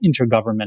intergovernmental